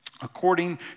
according